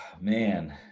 man